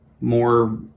more